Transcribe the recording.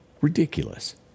Ridiculous